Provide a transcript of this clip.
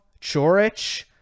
Chorich